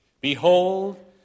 Behold